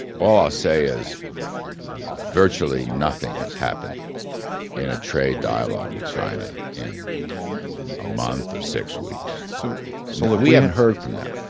all i'll say is virtually nothing has happened in a trade dialogue with china in a month or six weeks. so so we haven't heard from them.